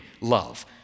love